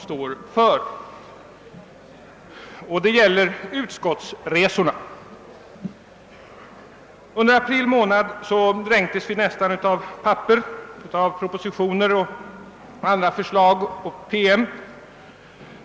Det gäller frågan om utskottsresorna. Under april månad nästan dränktes vi av propositioner, PM och andra handlingar.